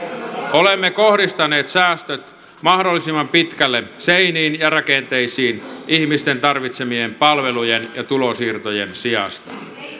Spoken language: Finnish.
olemme kohdistaneet säästöt mahdollisimman pitkälle seiniin ja rakenteisiin ihmisten tarvitsemien palvelujen ja tulonsiirtojen sijasta